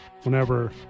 whenever